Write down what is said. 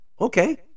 Okay